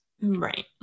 right